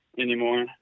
anymore